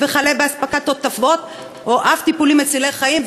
וכלה באספקת תותבות או אף טיפולים מצילי חיים,